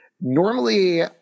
Normally